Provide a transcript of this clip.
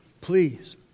please